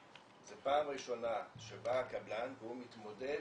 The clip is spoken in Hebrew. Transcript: זו פעם ראשונה שבא הקבלן והוא מתמודד